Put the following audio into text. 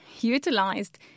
utilized